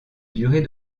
durée